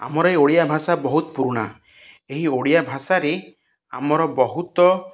ଆମର ଏଇ ଓଡ଼ିଆ ଭାଷା ବହୁତ ପୁରୁଣା ଏହି ଓଡ଼ିଆ ଭାଷାରେ ଆମର ବହୁତ